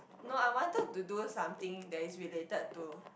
no I wanted to do something that is related to